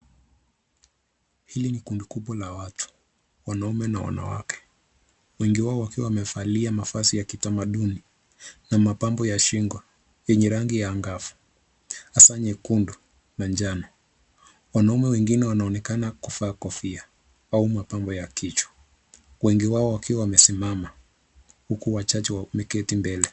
Hili ni kundi kubwa la watu wanaume na wanawake, wengi wao wakiwa wamevalia mavazi ya kithamaduni na mapambo ya shingo enye rangi angavu hasa nyekundu na njano. Wanaume wengine wanaonekana kuvaa kofia au mapambo ya kitu, wengi wao wakiwa wamesimama huku wachache wameketi mbele.